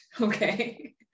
okay